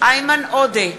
איימן עודה,